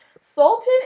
Sultan